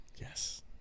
Yes